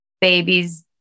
babies